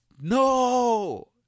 No